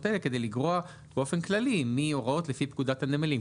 בתקנות אלה כדי לגרוע באופן כללי מהוראות לפי פקודת הנמלים.